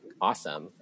awesome